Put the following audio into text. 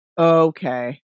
Okay